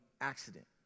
accident